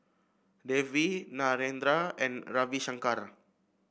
Devi Narendra and Ravi Shankar